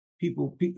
people